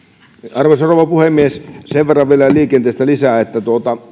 arvoisa rouva puhemies sen verran vielä liikenteestä lisää että